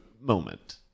moment